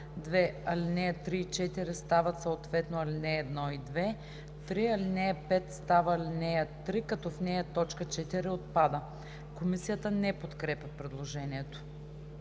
2. ал. 3 и 4 стават съответно ал. 1 и 2. 3. ал. 5 става ал. 3, като в нея т. 4 – отпада.“ Комисията не подкрепя предложението.